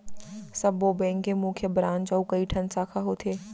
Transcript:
सब्बो बेंक के मुख्य ब्रांच अउ कइठन साखा होथे